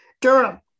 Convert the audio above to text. Durham